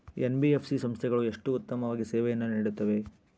NBFC ಸಂಸ್ಥೆಗಳು ಎಷ್ಟು ಉತ್ತಮವಾಗಿ ಸೇವೆಯನ್ನು ನೇಡುತ್ತವೆ?